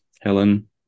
Helen